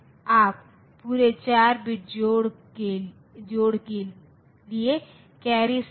बेशक उत्तर अद्वितीय नहीं हो सकता है लेकिन हम यह देखने की कोशिश कर सकते हैं कि क्या हो रहा है